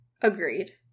Agreed